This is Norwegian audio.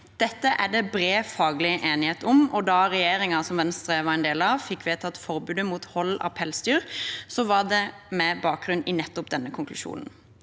Det er det bred faglig enighet om. Da regjeringen Venstre var en del av, fikk vedtatt forbudet mot hold av pelsdyr, var det med bakgrunn i nettopp denne konklusjonen.